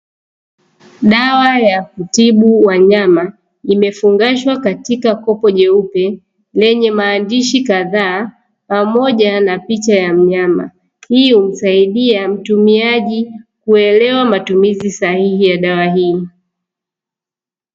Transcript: Dawa ya kutibu wanyama imefungashwa katika kopo jeupe, lenye maandishi kadhaa pamoja na picha ya mnyama. Hii usaidia mtumiaji kuelewa matumizi sahihi ya dawa hii.